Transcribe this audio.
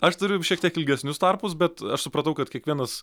aš turiu šiek tiek ilgesnius tarpus bet aš supratau kad kiekvienas